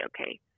okay